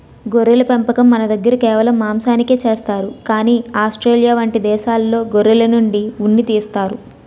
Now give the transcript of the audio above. గొర్రెల పెంపకం మనదగ్గర కేవలం మాంసానికే చేస్తారు కానీ ఆస్ట్రేలియా వంటి దేశాల్లో గొర్రెల నుండి ఉన్ని తీస్తారు